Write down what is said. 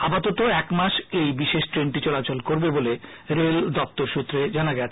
আপাততঃ একমাস এই বিশেষ ট্রেনটি চলাচল করবে বলে রেল দপ্তর সত্রে জানা গেছে